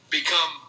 become